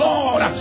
Lord